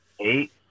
Eight